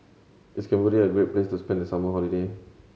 is Cambodia a great place to spend the summer holiday